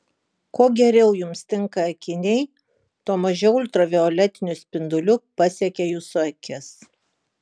kuo geriau jums tinka akiniai tuo mažiau ultravioletinių spindulių pasiekia jūsų akis